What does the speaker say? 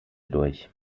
durch